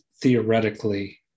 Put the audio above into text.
theoretically